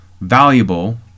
valuable